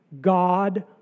God